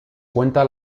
cuenta